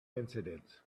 incidents